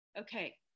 Okay